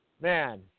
Man